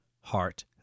heart